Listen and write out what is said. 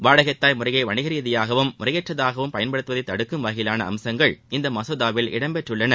வாடகை தாய் முறைய வணிகரீதியாகவும் முறையற்றதாகவும் பயன்படுத்துவதை தடுக்கும் வகையிலான அம்சங்கள் இம்மசோதாவில் இடம்பெற்றுள்ளது